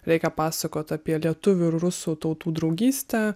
reikia pasakot apie lietuvių rusų tautų draugystę